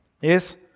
Yes